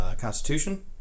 Constitution